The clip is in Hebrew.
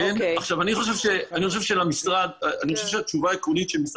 אני חושב שהתשובה העקרונית של משרד